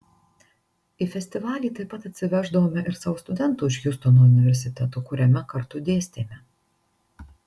į festivalį taip pat atsiveždavome ir savo studentų iš hjustono universiteto kuriame kartu dėstėme